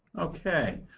ok.